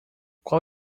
qual